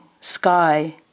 sky